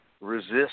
resist